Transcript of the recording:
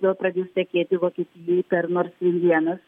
vėl pradės tekėti vokietijai per nors vienas